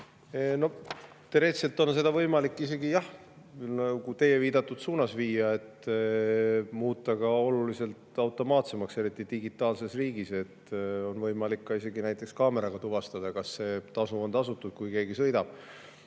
Teoreetiliselt on võimalik isegi, jah, teie viidatud suunas [liikuda], et muuta see oluliselt automaatsemaks, eriti digitaalses riigis. On võimalik isegi näiteks kaameraga tuvastada, kas see tasu on tasutud, kui keegi sõidab.